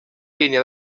línia